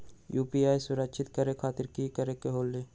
UPI सुरक्षित करे खातिर कि करे के होलि?